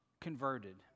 converted